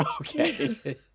Okay